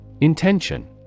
Intention